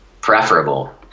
preferable